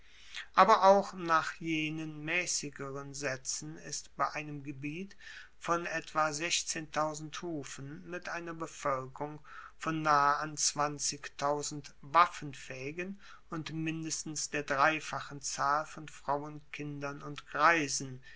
aber auch nach jenen maessigeren saetzen ist bei einem gebiet von etwa hufen mit einer bevoelkerung von nahe an waffenfaehigen und mindestens der dreifachen zahl von frauen kindern und greisen